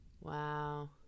Wow